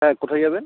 হ্যাঁ কোথায় যাবেন